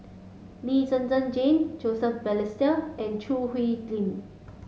Lee Zhen Zhen Jane Joseph Balestier and Choo Hwee Lim